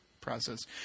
process